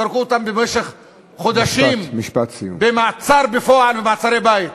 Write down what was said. זרקו אותם למשך חודשים במעצר בפועל ומעצרי-בית.